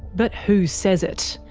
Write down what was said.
but who says it.